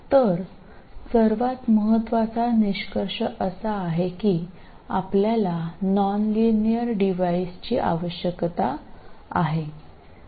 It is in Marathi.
तर सर्वात महत्त्वाचा निष्कर्ष असा आहे की आपल्याला नॉनलिनियर डिव्हाइसची आवश्यकता आहे